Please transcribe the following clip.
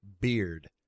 beard